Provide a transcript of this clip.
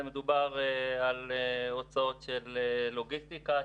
מדובר על הוצאות של לוגיסטיקה,